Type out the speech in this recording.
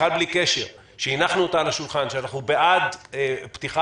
בכלל בלי קשר - שהנחנו אותה על השולחן שאנחנו בעד פתיחה,